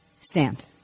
stand